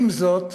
עם זאת,